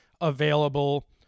available